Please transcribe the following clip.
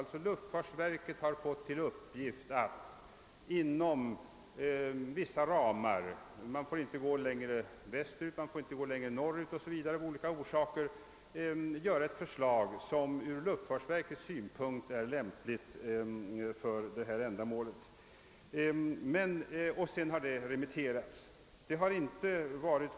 Luftfartsverket har fått till uppgift att inom vissa ramar — man får av olika orsaker bara gå så och så långt västerut och så och så långt norr ut — upprätta ett förslag om hur detta flygfält ur luftfartsverkets synpunkt lämpligen bör se ut. Luftfartsverket har framlagt förslag, som sedan har remitterats.